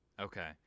okay